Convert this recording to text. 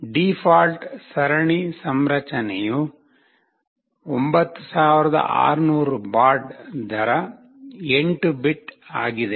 default ಸರಣಿ ಸಂರಚನೆಯು 9600 baud ದರ 8 ಬಿಟ್ ಆಗಿದೆ